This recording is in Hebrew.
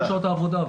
כל שעות העבודה.